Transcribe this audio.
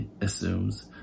assumes